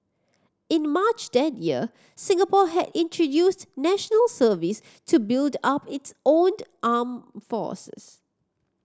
in March that year Singapore had introduced National Service to build up its owned armed forces